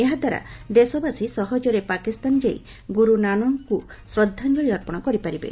ଏହାଦ୍ୱାରା ଦେଶବାସୀ ସହଜରେ ପାକିସ୍ତାନ ଯାଇ ଗୁରୁ ନାନକଙ୍କୁ ଶ୍ରଦ୍ଧାଞ୍ଚଳି ଅର୍ପଣ କରିପାରିବେ